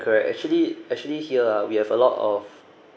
correct actually actually here ah we have a lot of